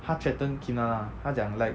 他 threaten kim na na 他讲 like